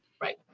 Right